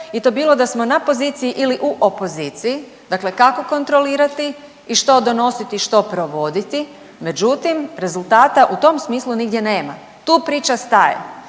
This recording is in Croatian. i to bilo da smo na poziciji ili u opoziciji, dakle kako kontrolirati i što donositi i što provoditi, međutim rezultata u tom smislu nigdje nema, tu priča staje.